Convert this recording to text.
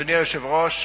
אדוני היושב-ראש,